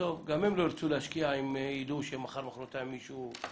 בסוף גם הם לא ירצו להשקיע אם ידעו שמחר מישהו יכול